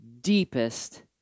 deepest